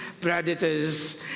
predators